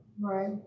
Right